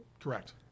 Correct